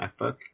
MacBook